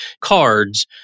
cards